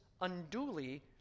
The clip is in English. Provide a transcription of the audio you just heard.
unduly